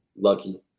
lucky